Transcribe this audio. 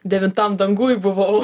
devintam danguj buvau